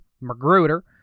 Magruder